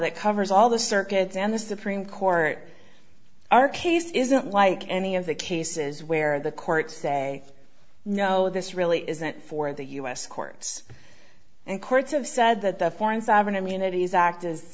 that covers all the circuits in the supreme court our case isn't like any of the cases where the courts say no this really isn't for the u s courts and courts have said that the foreign sovereign immunity is act